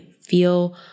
feel